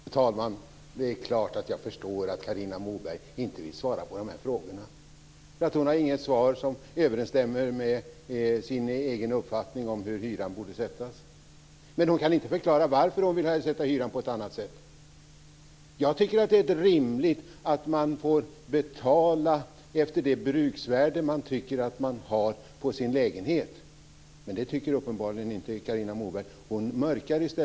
Fru talman! Det är klart att jag förstår att Carina Moberg inte vill svara på mina frågor. Hon har inget svar som överensstämmer med den egna uppfattningen om hur hyran borde sättas. Hon kan inte förklara varför hon vill sätta hyran på ett annat sätt. Jag tycker att det är rimligt att man får betala efter det bruksvärde som man tycker att lägenheten har. Det tycker uppenbarligen Carina Moberg. I stället mörkar hon.